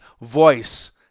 voice